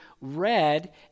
read